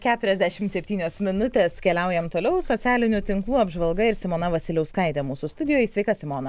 keturiasdešimt septynios minutės keliaujam toliau socialinių tinklų apžvalga ir simona vasiliauskaitė mūsų studijoj sveika simona